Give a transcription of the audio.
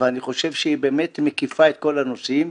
ואני חושב שהיא באמת מקיפה את כל הנושאים.